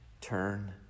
turn